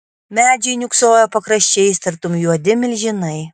medžiai niūksojo pakraščiais tartum juodi milžinai